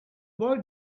boy